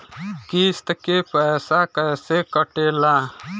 किस्त के पैसा कैसे कटेला?